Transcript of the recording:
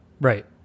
Right